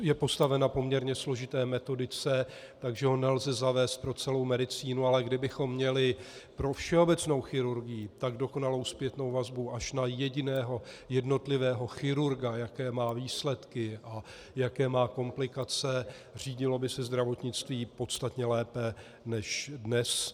Je postaven na poměrně složité metodice, takže ho nelze zavést pro celou medicínu, ale kdybychom měli pro všeobecnou chirurgii tak dokonalou zpětnou vazbu až na jediného jednotlivého chirurga, jaké má výsledky a jaké má komplikace, řídilo by se zdravotnictví podstatně lépe než dnes.